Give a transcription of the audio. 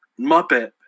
Muppet